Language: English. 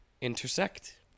intersect